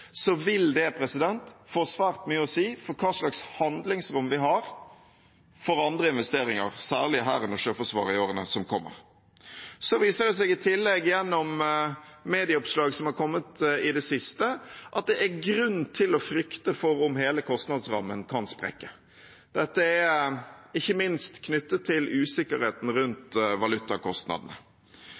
vil det få svært mye å si for hva slags handlingsrom vi har for andre investeringer, særlig i Hæren og Sjøforsvaret, i årene som kommer. Så viser det seg i tillegg, gjennom medieoppslag som har kommet i det siste, at det er grunn til å frykte at hele kostnadsrammen kan komme til å sprekke. Dette er ikke minst knyttet til usikkerheten rundt valutakostnadene.